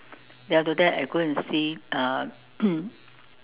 then after that I go and see uh